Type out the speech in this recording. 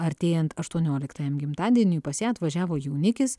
artėjant aštuonioliktajam gimtadieniui pas ją atvažiavo jaunikis